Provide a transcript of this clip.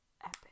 epic